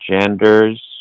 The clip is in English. genders